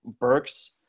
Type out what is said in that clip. Burks